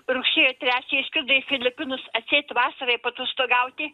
rugsėjo trečią išskrido į filipinus atseit vasarai paatostogauti